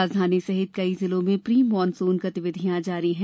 राजधानी सहित कई जिलों में प्री मॉनसून गतिविधियां जारी हैं